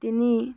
তিনি